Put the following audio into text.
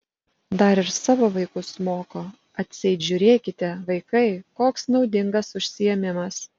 dar ir savo vaikus moko atseit žiūrėkite vaikai koks naudingas užsiėmimas